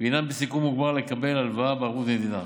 והם בסיכון מוגבר לקבל הלוואה בערבות מדינה.